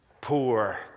poor